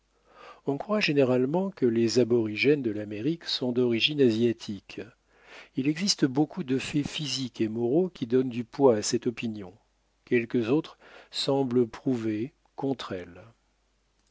on croit généralement que les aborigènes de l'amérique sont d'origine asiatique il existe beaucoup de faits physiques et moraux qui donnent du poids à cette opinion quelques autres semblent prouver contre elle